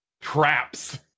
traps